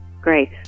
Great